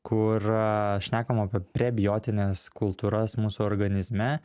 kur šnekama apie prebiotines kultūras mūsų organizme